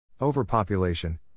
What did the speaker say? Overpopulation